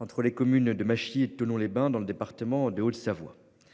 entre les communes de machines de Thonon-les-Bains dans le département de Haute-Savoie.